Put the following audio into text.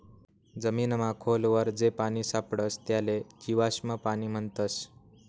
जमीनमा खोल वर जे पानी सापडस त्याले जीवाश्म पाणी म्हणतस